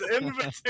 invitation